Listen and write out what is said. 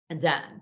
done